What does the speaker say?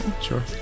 Sure